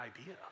idea